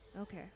okay